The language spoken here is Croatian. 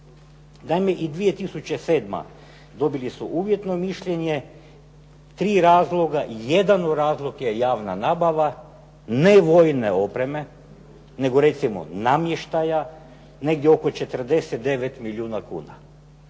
Naime, i 2007. dobili su uvjetno mišljenje. Tri razloga. Jedan razlog je javna nabava ne vojne opreme, nego recimo namještaja, negdje oko 49 milijuna kuna.